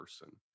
person